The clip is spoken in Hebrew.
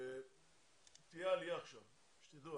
תהיה עלייה עכשיו, שתדעו.